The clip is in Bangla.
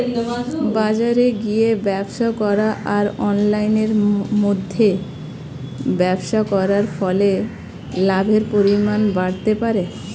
বাজারে গিয়ে ব্যবসা করা আর অনলাইনের মধ্যে ব্যবসা করার ফলে লাভের পরিমাণ বাড়তে পারে?